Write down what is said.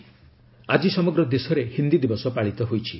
ହିନ୍ଦୀ ଦିବସ ଆଜି ସମଗ୍ର ଦେଶରେ ହିନ୍ଦୀ ଦିବସ ପାଳିତ ହୋଇଛି